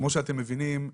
כמו שאתם מבינים,